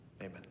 amen